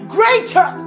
Greater